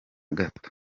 gato